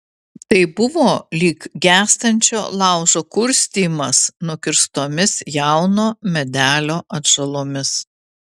tai buvo lyg gęstančio laužo kurstymas nukirstomis jauno medelio atžalomis